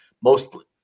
mostly